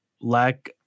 lack